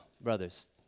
brothers